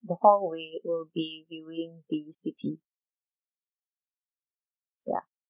the hallway will be viewing the city ya